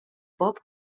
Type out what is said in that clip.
pop